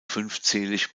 fünfzählig